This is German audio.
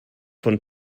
von